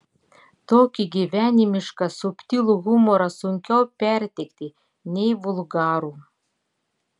tokį gyvenimišką subtilų humorą sunkiau perteikti nei vulgarų